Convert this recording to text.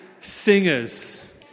singers